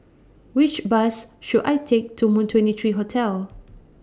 Which Bus should I Take to Moon twenty three Hotel